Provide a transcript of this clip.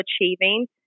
achieving